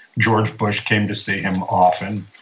george bush came to see him often.